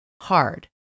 hard